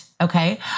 Okay